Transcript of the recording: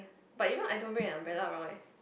but even I don't bring an umbrella around eh